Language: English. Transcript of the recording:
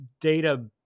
data